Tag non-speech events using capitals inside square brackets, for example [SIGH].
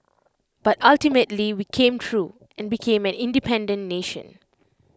[NOISE] but ultimately we came through and became an independent nation